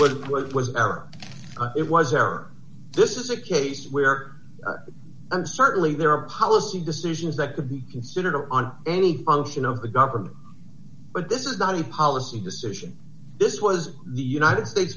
our it was our this is a case where and certainly there are policy decisions that could be considered on any function of the government but this is not a policy decision this was the united states